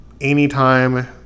Anytime